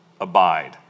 abide